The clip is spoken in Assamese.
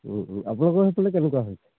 আপোনালোকৰ সেইফালে কেনেকুৱা হৈছে